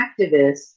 activists